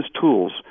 tools